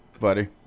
buddy